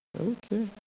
Okay